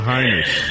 Highness